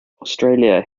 australia